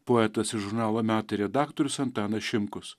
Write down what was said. poetas ir žurnalo metai redaktorius antanas šimkus